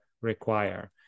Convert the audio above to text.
require